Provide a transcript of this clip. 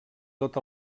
tot